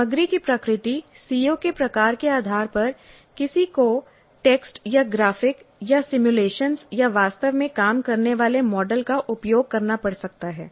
सामग्री की प्रकृति सीओ के प्रकार के आधार पर किसी को टेक्स्ट या ग्राफिक्स या सिमुलेशन या वास्तव में काम करने वाले मॉडल का उपयोग करना पड़ सकता है